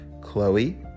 Chloe